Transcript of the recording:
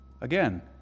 Again